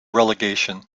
relegation